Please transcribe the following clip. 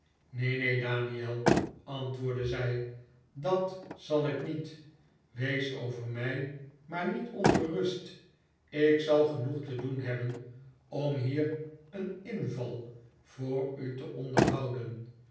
neen neen daniel antwoordde zij dat zal ik niet wees over mij maar niet ongerust ik zal genoeg te doen hebben om hier een inval voor u te onderhouden